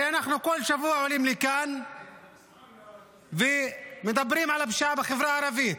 הרי אנחנו כל שבוע עולים לכאן ומדברים על הפשיעה בחברה הערבית.